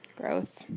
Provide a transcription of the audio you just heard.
Gross